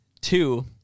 two